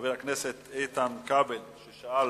חבר הכנסת איתן כבל, ששאל